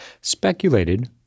speculated